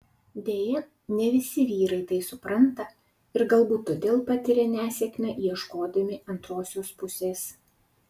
deja ne visi vyrai tai supranta ir galbūt todėl patiria nesėkmę ieškodami antrosios pusės